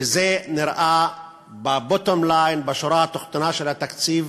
וזה נראה ב-bottom line, בשורה התחתונה של התקציב